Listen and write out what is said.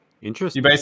Interesting